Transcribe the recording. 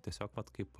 tiesiog vat kaip